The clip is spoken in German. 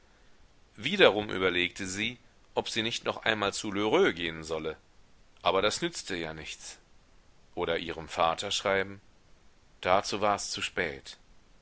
wiederum überlegte sie ob sie nicht noch einmal zu lheureux gehen solle aber das nützte ja nichts oder ihrem vater schreiben dazu war es zu spät